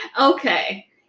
Okay